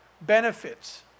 benefits